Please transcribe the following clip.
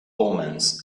omens